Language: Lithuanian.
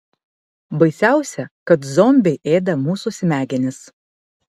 baisiausia kad zombiai ėda mūsų smegenis